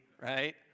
right